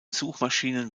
suchmaschinen